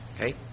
Okay